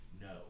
No